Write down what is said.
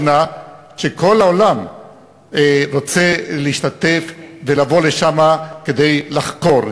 וכל העולם רוצה להשתתף ולבוא לשם כדי לחקור.